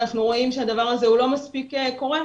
אנחנו רואים שהדבר הזה הוא לא מספיק קורה.